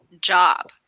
job